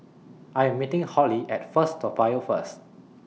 I Am meeting Hollie At First Toa Payoh First